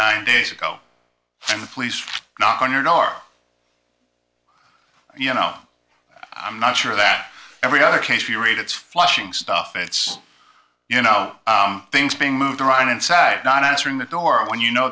nine days ago and the police knock on your door you know i'm not sure that every other case you read it's flushing stuff it's you know things being moved around inside not answering the door when you know